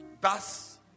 Thus